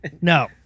No